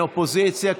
אופוזיציה,